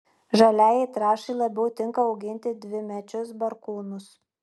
žaliajai trąšai labiau tinka auginti dvimečius barkūnus